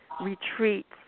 retreats